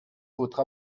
votre